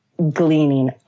Gleaning